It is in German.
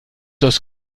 dass